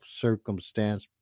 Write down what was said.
circumstance